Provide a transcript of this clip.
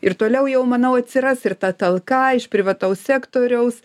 ir toliau jau manau atsiras ir ta talka iš privataus sektoriaus